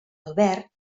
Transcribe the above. albert